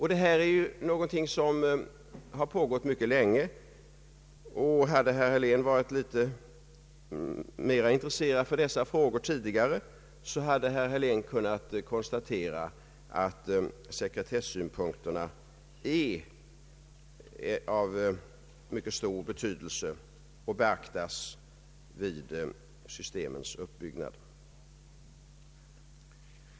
Hade herr Helén tidigare varit litet mer intresserad av dessa frågor, så hade herr Helén märkt att man sedan länge arbetat från dessa utgångspunkter.